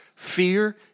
fear